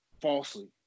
falsely